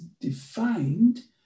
defined